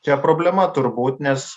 čia problema turbūt nes